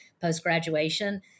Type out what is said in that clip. post-graduation